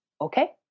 okay